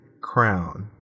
crown